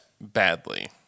badly